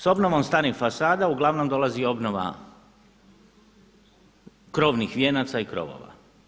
S obnovom starih fasada uglavnom dolazi i obnova krovnih vijenaca i krovova.